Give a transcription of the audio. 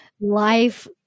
life